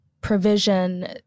provision